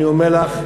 אני אומר לך,